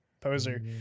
poser